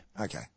Okay